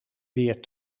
weer